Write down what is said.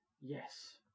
Yes